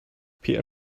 peter